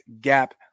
Gap